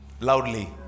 loudly